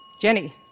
Jenny